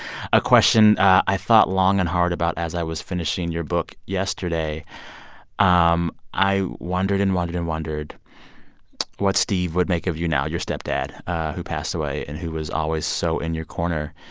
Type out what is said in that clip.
a question i thought long and hard about as i was finishing your book yesterday um i wondered and wondered and wondered what steve would make of you now, your stepdad who passed away and who was always so in your corner.